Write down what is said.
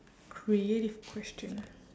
creative question